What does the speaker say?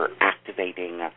activating